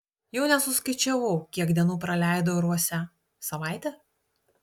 jau nesuskaičiavau kiek dienų praleidau urvuose savaitę